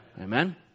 Amen